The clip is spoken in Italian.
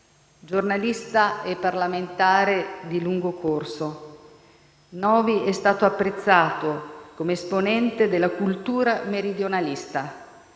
giornalista e parlamentare di lungo corso. Novi è stato apprezzato come esponente della cultura meridionalista.